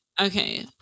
Okay